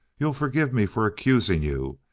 you'll forgive me for accusing you,